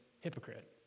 hypocrite